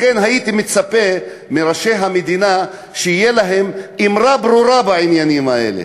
הייתי מצפה מראשי המדינה שתהיה להם אמרה ברורה בעניינים האלה,